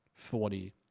40